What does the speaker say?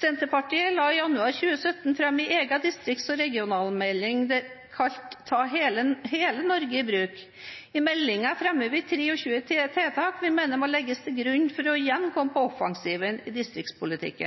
Senterpartiet la i januar 2017 fram sin egen distrikts- og regionalmelding, kalt «Ta hele Norge i bruk!». I meldingen fremmer vi 23 tiltak som vi mener må legges til grunn for igjen å komme på